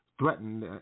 threatened